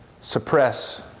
suppress